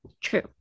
true